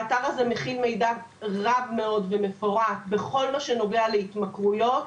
האתר מכיל מידע רב מאוד ומפורט בכל מה שנוגע להתמכרויות.